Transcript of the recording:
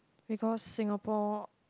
because Singapore